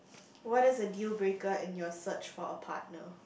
what is a deal breaker in your search for a partner